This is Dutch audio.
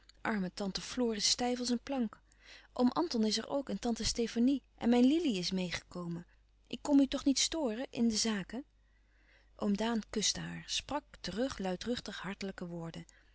arme tante floor is stijf als een plank oom anton is er ook en tante stefanie en mijn lili is meê gekomen ik kom u toch niet storen in de zaken oom daan kuste haar sprak terug luidruchtig hartelijke woorden